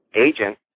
agent